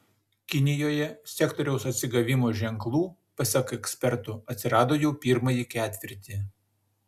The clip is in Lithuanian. kinijoje sektoriaus atsigavimo ženklų pasak ekspertų atsirado jau pirmąjį ketvirtį